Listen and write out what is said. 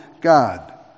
God